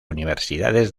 universidades